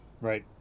right